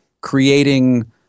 creating